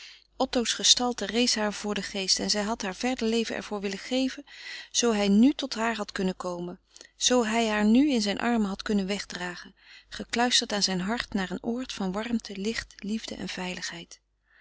otto's gestalte rees haar voor den geest en zij had haar verder leven er voor willen geven zoo hij nu tot haar had kunnen komen zoo hij haar nu in zijn armen had kunnen wegdragen gekluisterd aan zijn hart naar een oord van warmte licht liefde en veiligheid